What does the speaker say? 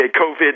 COVID